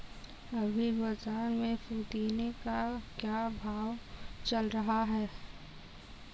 अभी बाज़ार में पुदीने का क्या भाव चल रहा है